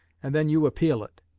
and then you appeal it.